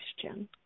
question